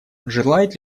желает